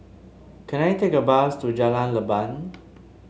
can I take a bus to Jalan Leban